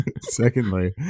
Secondly